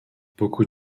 beaucoup